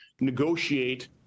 negotiate